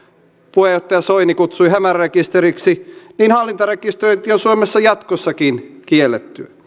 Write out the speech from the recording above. puheenjohtaja soini kutsui hämärärekisteriksi hallintarekisteröinti on suomessa jatkossakin kiellettyä